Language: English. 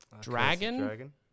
Dragon